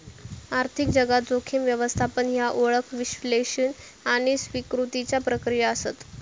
आर्थिक जगात, जोखीम व्यवस्थापन ह्या ओळख, विश्लेषण आणि स्वीकृतीच्या प्रक्रिया आसत